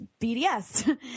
BDS